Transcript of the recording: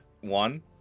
one